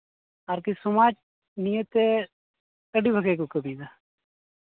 ᱟᱨᱠᱤ ᱥᱚᱢᱟᱡᱽ ᱱᱤᱭᱮᱛᱮ ᱟᱹᱰᱤ ᱵᱷᱟᱜᱮ ᱠᱚ ᱠᱟᱹᱢᱤᱭᱫᱟ